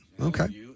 okay